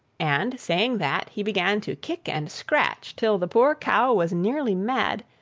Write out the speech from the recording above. and, saying that, he began to kick and scratch till the poor cow was nearly mad,